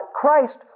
Christ